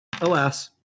alas